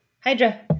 Hydra